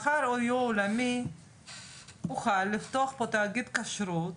מחר OU העולמי יוכל לפתוח פה תאגיד כשרות